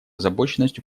озабоченность